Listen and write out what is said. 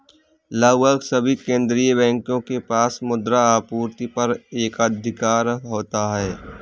लगभग सभी केंदीय बैंकों के पास मुद्रा आपूर्ति पर एकाधिकार होता है